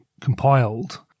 compiled